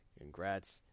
Congrats